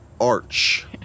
arch